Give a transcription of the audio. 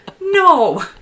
No